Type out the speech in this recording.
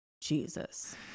jesus